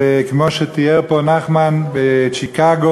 וכמו שתיאר פה נחמן את שיקגו,